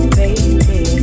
baby